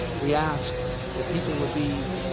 we asked that people would be